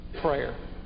prayer